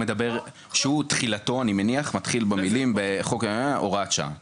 שהוא תחילתו אני מניח מתחיל במילים הוראת שעה נכון?